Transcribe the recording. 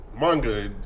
manga